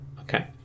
okay